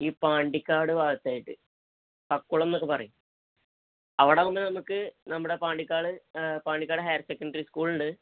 ഈ പാണ്ടിക്കാട് ഭാഗത്തായിട്ട് പക്കുളമെന്നൊക്കെ പറയും അവിടെ വന്നിട്ട് നമുക്ക് നമ്മുടെ പാണ്ടിക്കാട് പാണ്ടിക്കാട് ഹയർ സെക്കൻഡറി സ്കൂളുണ്ട്